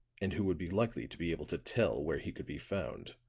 and who would be likely to be able to tell where he could be found.